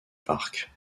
parc